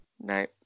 No